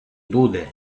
буде